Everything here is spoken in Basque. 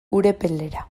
urepelera